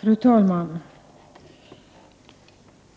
Fru talman!